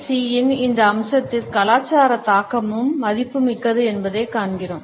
சியின் இந்த அம்சத்தில் கலாச்சார தாக்கமும் மதிப்புமிக்கது என்பதைக் காண்கிறோம்